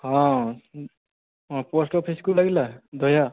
ହଁ ହଁ ପୋଷ୍ଟ୍ ଅଫିସ୍କୁ ଲାଗିଲା ଦହିଆ